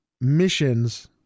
missions